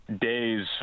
days